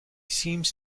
seems